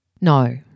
No